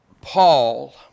Paul